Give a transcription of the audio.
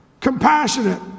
compassionate